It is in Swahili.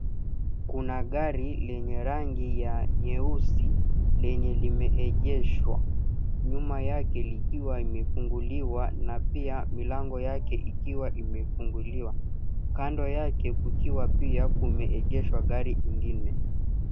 Kuna gari lenye rangi ya nyeusi, lenye limeegeshwa, nyuma yake likiwa imefunguliwa na pia milango yake ikiwa imefunguliwa. Kando yake kukiwa pia kumeegeshwa gari ingine.